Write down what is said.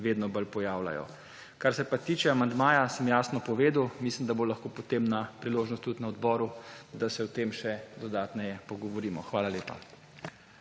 vedno bolj pojavljajo. Kar se tiče amandmaja, sem jasno povedal, mislim, da bo potem priložnost tudi na odboru, da se o tem še dodatno pogovorimo. Hvala lepa.